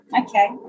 Okay